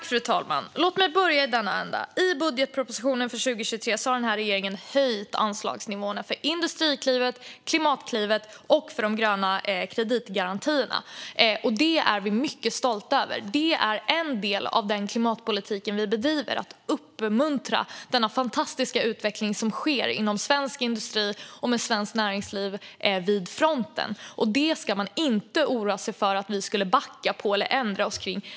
Fru talman! Låt mig börja i denna ända: I budgetpropositionen för 2023 har regeringen höjt anslagsnivåerna för Industriklivet, för Klimatklivet och för de gröna kreditgarantierna. Det är vi mycket stolta över. Det är en del av den klimatpolitik som vi bedriver, att uppmuntra den fantastiska utveckling som sker inom svensk industri och med svenskt näringsliv vid fronten. Man ska inte oroa sig för att vi skulle backa från det eller ändra oss.